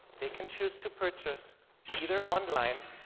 they can choose to purchase either online,